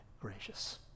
gracious